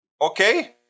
Okay